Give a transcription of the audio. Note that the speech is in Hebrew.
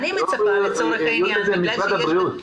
משרד הבריאות,